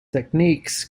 techniques